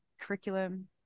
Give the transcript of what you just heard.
curriculum